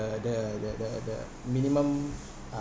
the the the the the minimum